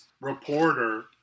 reporter